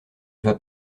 vas